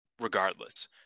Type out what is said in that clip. regardless